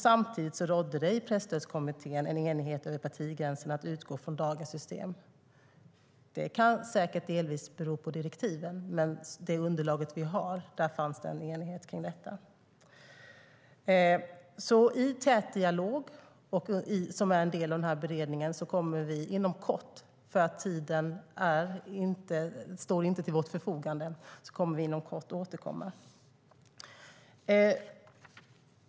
Samtidigt rådde det i Presstödskommittén en enighet över partigränserna om att utgå från dagens system. Det kan säkert delvis bero på direktiven, men i det underlag vi har finns det en enighet om detta. I tät dialog som är en del av beredningen kommer vi inom kort - tiden står inte till vårt fria förfogande - att återkomma.